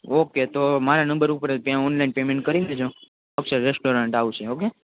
okay તો માર નંબર ઉપર જ ત્યાં ઓનલાઈન પેમેન્ટ કરી દેજો અક્ષર રેસ્ટરોરન્ટ આવશે ઓકે